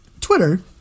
Twitter